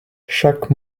chaque